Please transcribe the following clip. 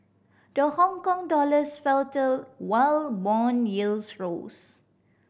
the Hongkong dollars faltered while bond yields rose